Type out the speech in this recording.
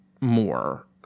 more